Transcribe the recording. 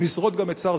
נשרוד גם את השר,